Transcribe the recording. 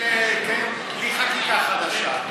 בלי חקיקה חדשה.